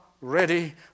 ready